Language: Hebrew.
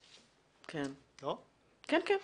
כן, בהחלט.